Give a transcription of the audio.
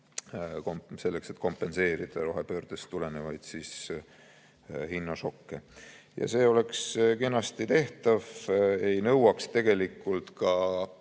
selleks, et kompenseerida rohepöördest tulenevaid hinnašokke. See oleks kenasti tehtav, ei nõuaks tegelikult ka